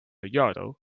yodel